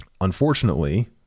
unfortunately